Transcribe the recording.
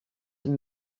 een